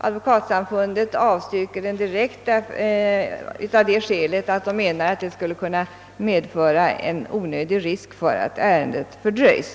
Advokatsamfundet avstyrker den direkt av det skälet att det skulle medföra onödig risk för att ärendet fördröjs.